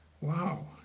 wow